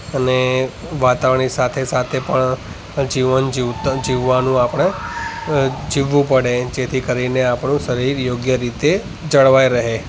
અને વાતાવરણની સાથે સાથે પણ જીવન જીવતર જીવવાનું આપણે જીવવું પડે જેથી કરીને આપણું શરીર યોગ્ય રીતે જળવાઈ રહે